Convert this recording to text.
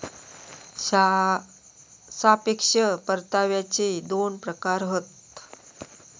सापेक्ष परताव्याचे दोन प्रकार हत